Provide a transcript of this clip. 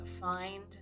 find